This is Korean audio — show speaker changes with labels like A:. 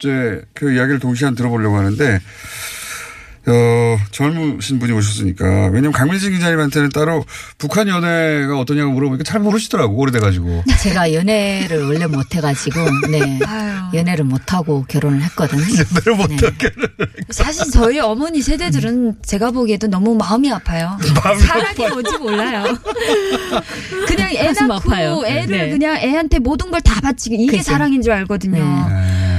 A: 이제 그 이야기를 동시에 한번 들어보려고 하는데, 어, 젊으신 분이 오셨으니까. 왜냐면 강민식 기자님한테는 따로 북한 연애가 어떠냐고 물어보니까 잘 모르시더라고, 오래돼가지고.
B: 제가 연애를 원래 못해가지고, 네.
C: 아유.
B: 연애를 못하고 결혼을 했거든요.
A: 연애를 못하고
B: 네.
A: 결혼을
C: 사실 저희 어머니 세대들은
A: 했거든.
C: 제가 보기에도 너무 마음이 아파요.
A: 마음이
C: 사랑이
A: 아파요?
C: 뭔지 몰라요. 그냥 애
B: 가슴
C: 낳고
B: 아파요.
C: 애를
B: 네.
C: 그냥 애한테 모든 걸 다 바치고, 이게
B: 그죠.
C: 사랑인 줄 알거든요.
B: 네.
A: 네.